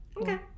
Okay